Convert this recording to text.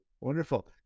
Wonderful